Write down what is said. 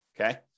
Okay